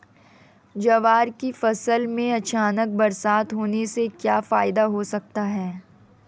ज्वार की फसल में अचानक बरसात होने से क्या फायदा हो सकता है?